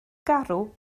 garw